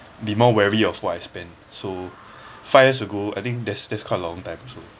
be more wary of what I spend so five years ago I think that's that's quite a long time also